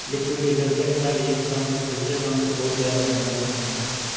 liquid detergent का एक brand दूसरे ब्रांड से बहुत ज़्यादा महंगा क्यों है